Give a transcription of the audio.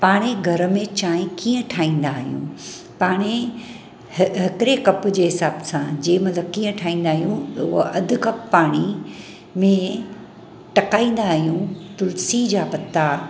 हाणे घर में चांहि कीअं ठाहींदा आहियूं पाणे हिकिरे कप जे हिसाब सां जंहिं महिल कीअं ठाहींदा आहियूं उहा अधि कप पाणी में टकाईंदा आहियूं तुलसी जा पत्ता